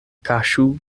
kaŝu